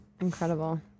incredible